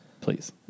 Please